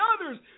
others